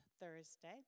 Thursday